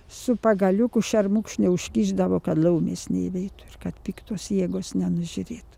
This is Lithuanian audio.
su pagaliuku šermukšnio užkišdavo kad laumės neįveitų ir kad piktos jėgos nenužiūrėtų